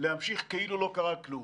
להמשיך כאילו לא קרה כלום.